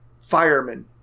Firemen